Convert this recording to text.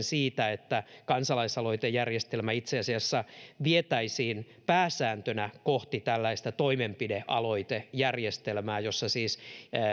siitä että kansalaisaloitejärjestelmä itse asiassa vietäisiin pääsääntönä kohti tällaista toimenpidealoitejärjestelmää jossa siis